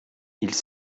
ils